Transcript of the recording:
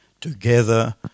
together